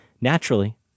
Naturally